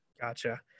Gotcha